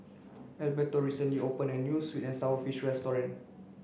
Alberto recently opened a new sweet and sour fish restaurant